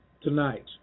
tonight